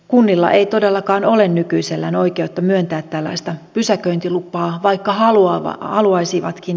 kunnilla ei todellakaan ole nykyisellään oikeutta myöntää tällaista pysäköintilupaa vaikka haluaisivatkin